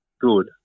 good